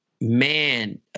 man